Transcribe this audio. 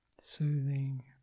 soothing